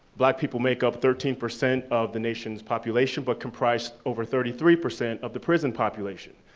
black people make up thirteen percent of the nation's population, but comprise over thirty three percent of the prison population.